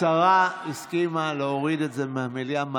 השרה הסכימה להוריד את זה מהמליאה.